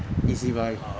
E_Z buy